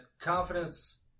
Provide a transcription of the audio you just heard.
confidence